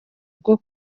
bwo